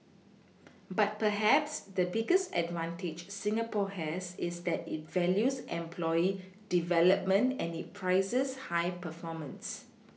but perhaps the biggest advantage Singapore has is that it values employee development and it prizes high performance